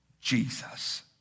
Jesus